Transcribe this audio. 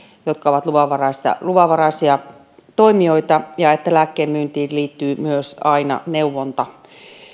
jotka ovat luvanvaraisia luvanvaraisia toimijoita ja se että lääkkeen myyntiin liittyy aina myös neuvontavastuu